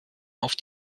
auf